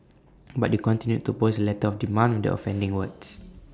but you continued to post the letter of demand the offending words